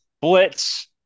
Blitz